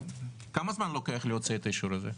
כמה זמן לוקח להוציא את האישור הזה?